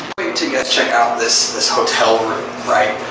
wait til you guys check out this this hotel room, right?